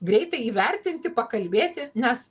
greitai įvertinti pakalbėti nes